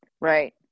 Right